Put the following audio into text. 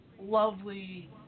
lovely